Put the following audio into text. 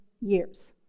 years